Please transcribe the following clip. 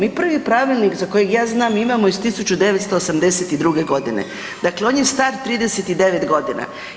I prvi pravilnik za kojeg ja znam imamo iz 1982. godine, dakle on je star 39 godina.